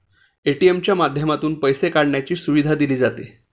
ATM च्या माध्यमातून पैसे काढण्याची सुविधा दिली जाते